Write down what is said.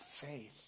faith